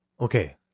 Okay